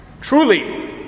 Truly